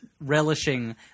relishing